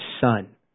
Son